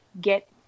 get